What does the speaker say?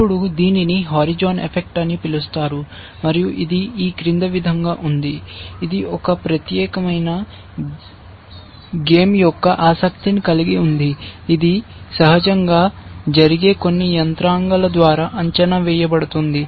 ఇప్పుడు దీనిని horizon effect అని పిలుస్తారు మరియు ఇది ఈ క్రింది విధంగా ఉంది ఇది ఒక ప్రత్యేకమైన గేమ్ యొక్క ఆసక్తిని కలిగి ఉంది ఇది సహజంగా జరిగే కొన్ని యంత్రాంగాల ద్వారా అంచనా వేయబడుతుంది